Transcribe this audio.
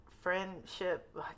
friendship